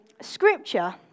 Scripture